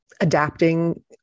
adapting